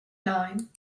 nine